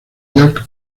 jack